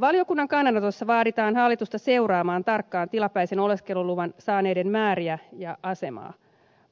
valiokunnan kannanotossa vaaditaan hallitusta seuraamaan tarkkaan tilapäisen oleskeluluvan saaneiden määriä ja asemaa